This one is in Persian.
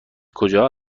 کجا